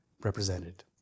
represented